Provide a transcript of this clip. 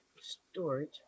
storage